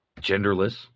genderless